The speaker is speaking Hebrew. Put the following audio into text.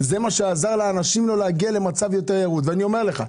זה מה שעזר לאנשים לא להגיע למצב ירוד יותר.